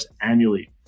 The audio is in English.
annually